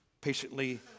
patiently